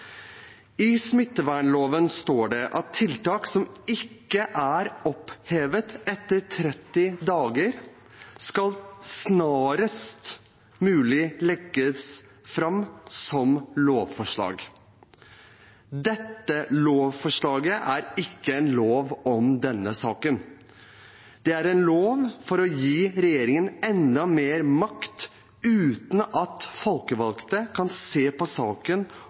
I smittevernloven står det at tiltak som ikke er opphevet etter 30 dager, snarest mulig skal legges fram som lovforslag. Dette lovforslaget er ikke en lov om denne saken. Det er en lov for å gi regjeringen enda mer makt uten at folkevalgte kan se på saken